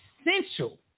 essential